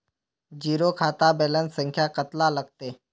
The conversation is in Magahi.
जीरो खाता बैलेंस संख्या कतला लगते?